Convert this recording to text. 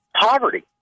poverty